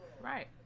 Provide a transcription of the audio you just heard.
Right